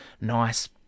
nice